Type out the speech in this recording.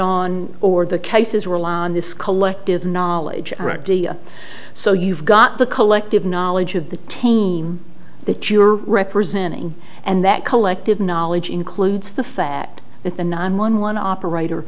on or the cases rely on this collective knowledge reptilia so you've got the collective knowledge of the taney that you're representing and that collective knowledge includes the fact that the nine one one operator